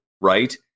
right